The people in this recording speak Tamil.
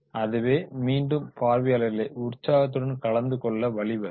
அதுவே மீண்டும் பார்வையாளர்களை உற்சாகத்துடன் கலந்துக் கொள்ள வழி வகுக்கும்